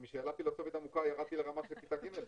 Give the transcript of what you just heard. אז משאלה פילוסופית עמוקה ירדתי לרמה של כיתה ג'?